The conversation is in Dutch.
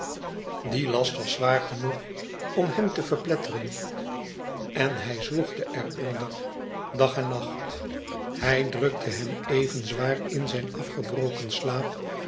die was genoeg om hem te verpletteren en hij zwoegde er onder dag en nacht hij drukte hem even zwaar in zijn afgebroken slaap